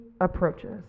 approaches